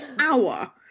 hour